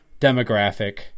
demographic